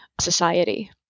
society